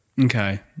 Okay